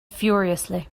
furiously